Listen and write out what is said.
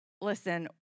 Listen